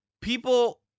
people